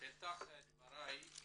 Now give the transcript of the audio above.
בפתח דבריי,